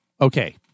okay